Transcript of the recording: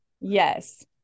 yes